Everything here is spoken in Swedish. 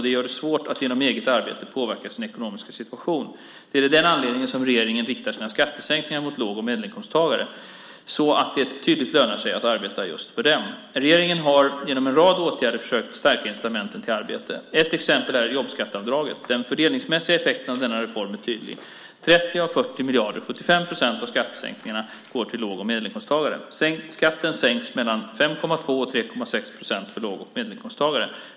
Det gör det svårt att genom eget arbete påverka sin ekonomiska situation. Det är av den anledningen som regeringen riktar sina skattesänkningar mot låg och medelinkomsttagare, så att det tydligt lönar sig att arbeta just för dem. Regeringen har genom en rad åtgärder försökt stärka incitamenten till arbete. Ett exempel är jobbskatteavdraget. Den fördelningsmässiga effekten av denna reform är tydlig. 30 av 40 miljarder, 75 procent av skattesänkningarna, går till låg och medelinkomsttagare. Skatten sänks mellan 5,2 och 3,6 procent för låg och medelinkomsttagare.